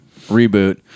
reboot